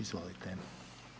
Izvolite.